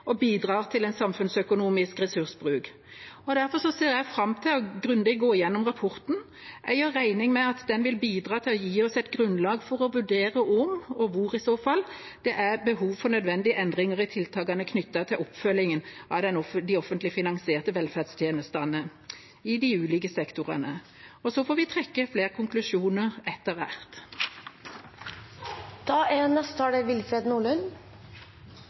og bidrar til en samfunnsøkonomisk ressursbruk. Derfor ser jeg fram til å gå grundig igjennom rapporten. Jeg gjør regning med at den vil bidra til å gi oss et grunnlag for å vurdere om – og hvor i så fall – det er behov for nødvendige endringer i tiltakene knyttet til oppfølgingen av de offentlig finansierte velferdstjenestene i de ulike sektorene. Så får vi trekke flere konklusjoner etter